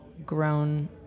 grown